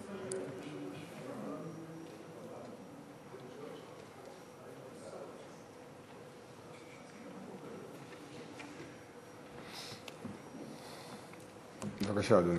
בבקשה, אדוני.